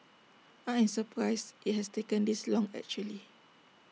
I am surprised IT has taken this long actually